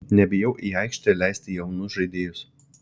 nebijau į aikštę leisti jaunus žaidėjus